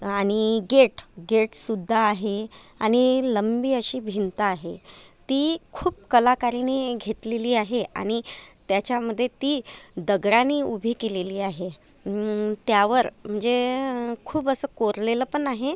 आणि गेट गेटसुद्धा आहे आणि लंबी अशी भिंत आहे ती खूप कलाकाराने घेतलेली आहे आणि त्याच्यामध्ये ती दगडानी उभी केलेली आहे त्यावर म्हणजे खूप असं कोरलेलं पण आहे